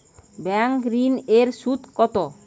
Bank ঋন এর সুদ কত?